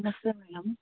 నమస్తే మేడం